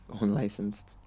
Unlicensed